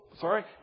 Sorry